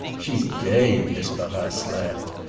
she's gay! miss barrace laughed.